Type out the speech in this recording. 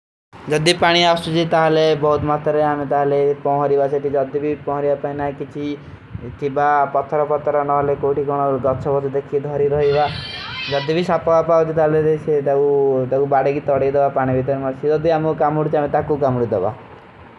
ଜଦ ପାନୀ ଆପସୀ ଜୀତା ହାଲେ, ବାହୁତ ମାତ୍ର ଆମେ ତାଲେ ପହାରୀ ଵାସେଟ କେ ଜଦ ଭୀ ପହାରୀ ପହାରୀ ଆପନା ହୈ। କିଛୀ, ଥୀବା ପତ୍ଥାରା ପତ୍ଥାରା ନହଲେ କୋଟୀ କୁନୋଲ ଦଚସବାଜ ଦେଖୀ ଧରୀ ରହୀ ଵାହ। ଜଦ ଦେଵୀ ସାପଵା ପାଵଜ ଥାଲେ ଦେଶେ। ଦେଵୀ ବାଡେ କୀ ତୋଡେ ଦୋଵା, ପାନେ ଵିତର ମାରେ ସିଦୋ ଦେଵୀ ଆମୋଂ କାମୂର ଚାହେଂ, ତାକୂ କାମୂର ଦୋଵା।